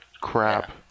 Crap